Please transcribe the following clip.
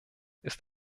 ist